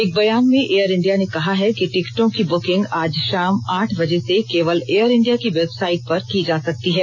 एक बयान में एयर इंडिया ने कहा है कि टिकटों की बुकिंग आज शाम आठ बजे से केवल एयर इंडिया की वेबसाइट पर की जा सकती है